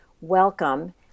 Welcome